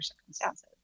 circumstances